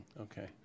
Okay